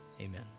Amen